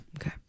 Okay